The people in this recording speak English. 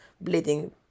bleeding